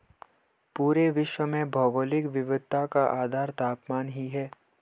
पूरे विश्व में भौगोलिक विविधता का आधार तापमान ही है